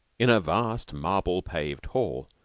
in a vast marble-paved hall,